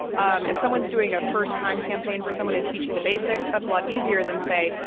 um if someone's doing a first-time campaign for someone and teaching the basics, that's a lot easier than, say,